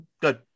good